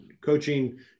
coaching